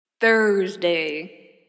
Thursday